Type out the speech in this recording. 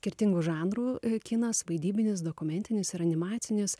skirtingų žanrų kinas vaidybinis dokumentinis ir animacinis